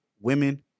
women